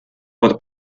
por